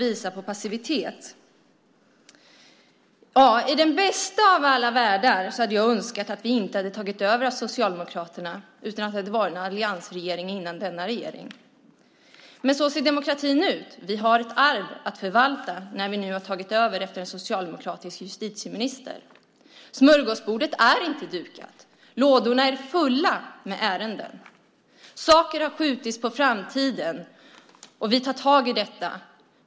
I den bästa av alla världar hade jag önskat att vi inte hade tagit över efter Socialdemokraterna utan att det hade varit en alliansregering innan denna regering. Men så ser demokratin ut. Vi har ett arv att förvalta när vi nu har tagit över efter en socialdemokratisk justitieminister. Smörgåsbordet är inte dukat. Lådorna är fulla med ärenden. Saker har skjutits på framtiden, och vi tar tag i detta.